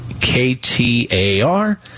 k-t-a-r